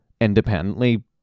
independently